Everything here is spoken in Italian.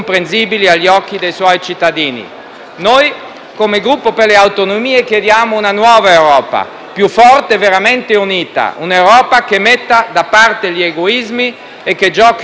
Come Gruppo per le Autonomie chiediamo una nuova Europa, più forte e veramente unita: un'Europa che metta da parte gli egoismi e che giochi un ruolo da protagonista nel mondo.